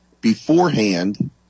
beforehand